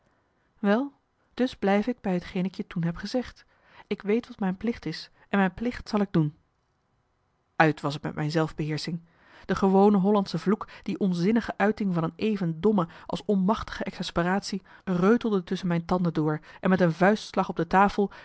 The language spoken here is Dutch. wel dus blijf ik bij t geen ik je toen heb gezegd ik weet wat mijn plicht is en mijn plicht zal ik doen marcellus emants een nagelaten bekentenis uit was t met mijn zelfbeheersching de gewone hollandsche vloek die onzinnige uiting van een even domme als onmachtige exasperatie reutelde tusschen mijn tanden door en met een vuistslag op de tafel